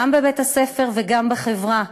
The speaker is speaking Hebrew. גם בבית-הספר וגם בחברה.